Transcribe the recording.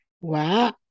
Wow